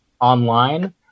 online